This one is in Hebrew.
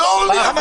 אל תעזור לי אבל.